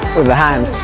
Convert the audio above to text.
with the hand